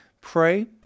pray